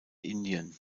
indien